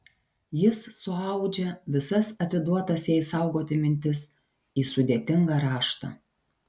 jis suaudžia visas atiduotas jai saugoti mintis į sudėtingą raštą